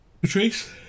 Patrice